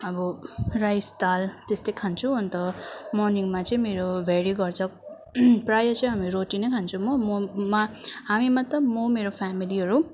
अब राइस दाल त्यस्तै खान्छु अन्त मर्निङमा चाहिँ मेरो भेरी गर्छ प्रायः चाहिँ हामीले रोटी नै खान्छौँ म मा हामी मतलब म मेरो फ्यामिलीहरू